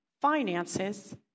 finances